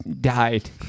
died